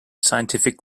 scientific